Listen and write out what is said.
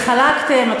התחלקתם,